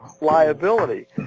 liability